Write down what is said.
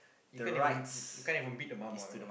you can't even you can't even beat the mum ah